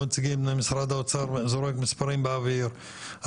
משרד האוצר זורק מספרים באוויר,